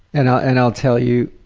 and i'll and i'll tell you,